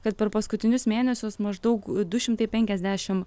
kad per paskutinius mėnesius maždaug du šimtai penkiasdešimt